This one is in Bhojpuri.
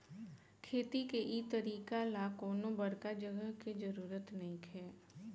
खेती के इ तरीका ला कवनो बड़का जगह के जरुरत नइखे